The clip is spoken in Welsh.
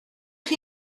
chi